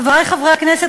חברי חברי הנכנסת,